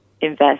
invest